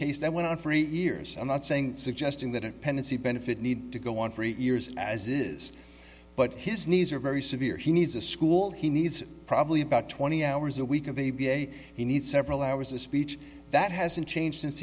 case that went on for eight years i'm not saying suggesting that it pendency benefit need to go on for years as it is but his knees are very severe he needs a school he needs probably about twenty hours a week of a b a he needs several hours a speech that hasn't changed since